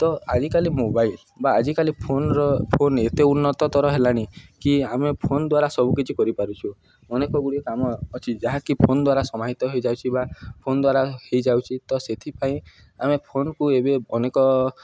ତ ଆଜିକାଲି ମୋବାଇଲ ବା ଆଜିକାଲି ଫୋନର ଫୋନ ଏତେ ଉନ୍ନତତର ହେଲାଣି କି ଆମେ ଫୋନ ଦ୍ୱାରା ସବୁକିଛି କରିପାରୁଛୁ ଅନେକ ଗୁଡ଼ିଏ କାମ ଅଛି ଯାହାକି ଫୋନ ଦ୍ୱାରା ସମାହିତ ହେଇଯାଉଛି ବା ଫୋନ ଦ୍ୱାରା ହେଇଯାଉଛି ତ ସେଥିପାଇଁ ଆମେ ଫୋନକୁ ଏବେ ଅନେକ